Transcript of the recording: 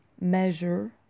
measure